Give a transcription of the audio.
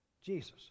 Jesus